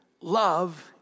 Love